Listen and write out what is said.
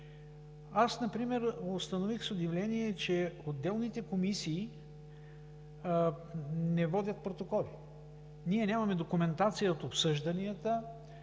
Например установих с удивление, че отделните комисии не водят протоколи. Ние нямаме документация от обсъжданията